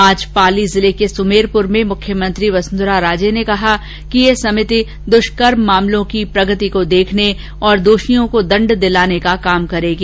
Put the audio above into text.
ऑज पाली जिले के सुमेरपुर में मुख्यमंत्री वसुंधरा राजे ने कहा कि यह समिति द्रष्कर्म मामलों की प्रगति को देखने और दोषियों को दण्ड दिलाने के लिए काम करेंगी